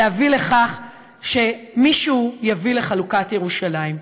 להביא לכך שמישהו יביא לחלוקת ירושלים.